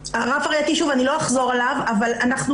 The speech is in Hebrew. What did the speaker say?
אני לא אחזור על הרף הראייתי אבל אנחנו